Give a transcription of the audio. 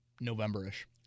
November-ish